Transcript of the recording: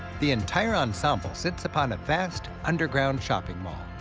the entire ensemble sits upon a vast underground shopping mall.